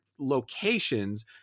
locations